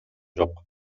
жок